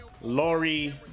laurie